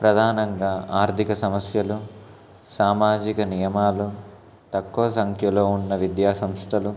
ప్రధానంగా ఆర్థిక సమస్యలు సామాజిక నియమాలు తక్కువ సంఖ్యలో ఉన్న విద్యా సంస్థలు